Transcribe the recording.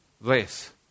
less